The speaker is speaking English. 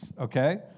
okay